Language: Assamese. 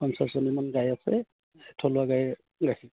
পঞ্চাছজনীমান গাই আছে থলুৱা গাই গাখীৰ